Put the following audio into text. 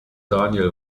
daniel